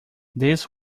this